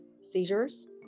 seizures